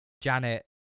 Janet